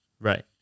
right